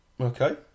Okay